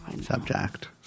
subject